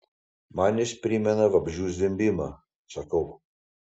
man jis primena vabzdžių zvimbimą sakau